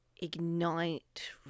ignite